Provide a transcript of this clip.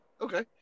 okay